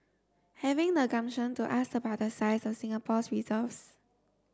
having the gumption to ask about the size of Singapore's reserves